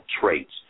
traits